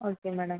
okay madam